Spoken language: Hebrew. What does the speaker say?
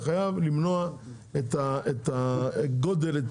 אתה חייב למנוע את הגודל הזה,